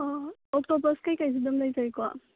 ꯑꯣ ꯑꯣꯛꯇꯣꯄꯁ ꯀꯩꯀꯩ ꯑꯗꯨꯃ ꯂꯩꯖꯩꯀꯣ